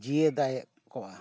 ᱡᱤᱭᱮᱫᱟᱭᱮᱜ ᱠᱚᱣᱟ